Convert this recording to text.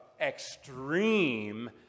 extreme